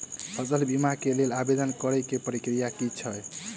फसल बीमा केँ लेल आवेदन करै केँ प्रक्रिया की छै?